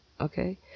Okay